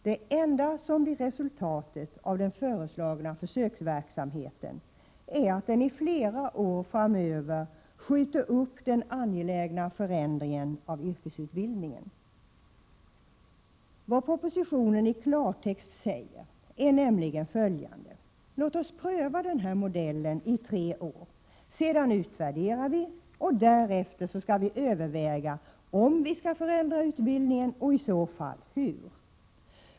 Det enda som blir resultatet av den föreslagna försöksverksamheten är att den i flera år framöver skjuter upp den angelägna förändringen av yrkesutbildningen. Vad propositionen i klartext säger är nämligen följande: Låt oss pröva den här modellen i tre år, sedan utvärderar vi och därefter skall vi överväga om vi skall förändra utbildningen och i så fall hur.